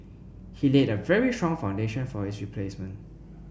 he laid a very strong foundation for his replacement